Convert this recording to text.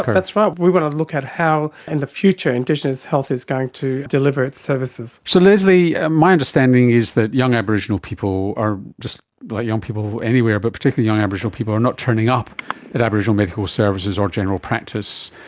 that's right, we want to look at how in the future indigenous health is going to deliver its services. so lesley, ah my understanding is that young aboriginal people are just like young people anywhere but particularly young aboriginal people are not turning up at aboriginal medical services or general practice.